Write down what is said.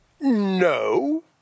No